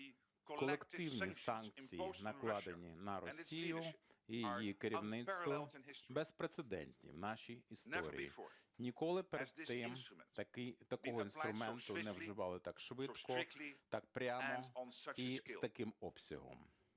колективні санкції, накладені на Росію і її керівництво, безпрецедентні в нашій історії. Ніколи перед тим такого інструменту не вживали так швидко, так прямо і з таким обсягом.